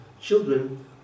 children